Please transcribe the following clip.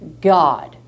God